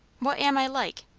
what am i like?